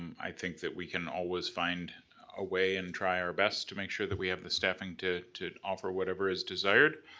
i think that we can always find a way and try our best to make sure that we have the staffing to to offer whatever is desired.